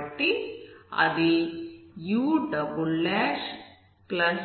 కాబట్టి అది u2vpvvuvpxvqvvu0